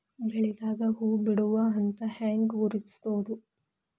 ಬೆಳಿದಾಗ ಹೂ ಬಿಡುವ ಹಂತ ಹ್ಯಾಂಗ್ ಗುರುತಿಸೋದು?